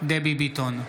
דבי ביטון,